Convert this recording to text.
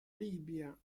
libia